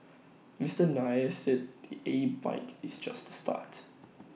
Mister Nair said the A bike is just the start